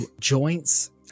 joints